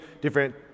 different